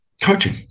coaching